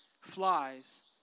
flies